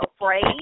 afraid